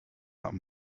that